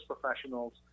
professionals